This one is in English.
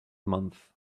month